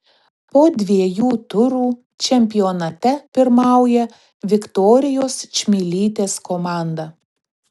po dviejų turų čempionate pirmauja viktorijos čmilytės komanda